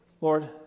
Lord